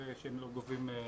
כנראה שהם לא גובים תל"ן.